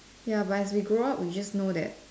ya but if we grow up we just know that